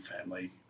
family